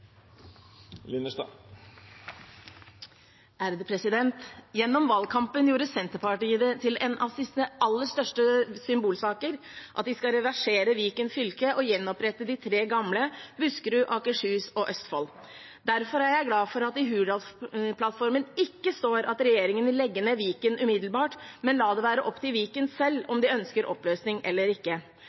Gjennom valgkampen gjorde Senterpartiet det til en av sine aller største symbolsaker at de skal reversere Viken fylke og gjenopprette de tre gamle fylkene Buskerud, Akershus og Østfold. Derfor er jeg glad for at det i Hurdalsplattformen ikke står at regjeringen vil legge ned Viken umiddelbart, men lar det være opp til Viken selv om de ønsker oppløsning eller ikke.